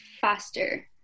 faster